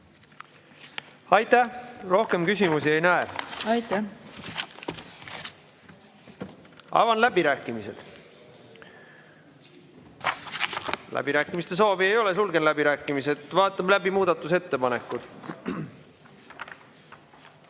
Aitäh! Rohkem küsimusi ei näe. Aitäh! Avan läbirääkimised. Läbirääkimiste soovi ei ole, sulgen läbirääkimised. Vaatame läbi muudatusettepanekud.